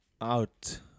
out